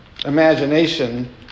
imagination